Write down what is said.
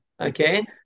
okay